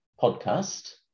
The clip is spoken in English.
podcast